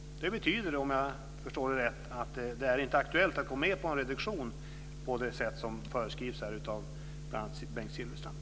Det betyder, om jag förstår det rätt, att det inte är aktuellt att gå med på en reduktion på det sätt som här föreskrivs av bl.a. Bengt Silfverstrand.